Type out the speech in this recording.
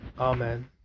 Amen